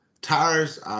Tires